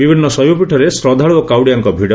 ବିଭିନ୍ତ ଶୈବପୀଠରେ ଶ୍ରାଦ୍ଧାଳୁ ଓ କାଉଡ଼ିଆଙ୍କ ଭିଡ଼